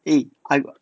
eh I